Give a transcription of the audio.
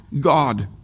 God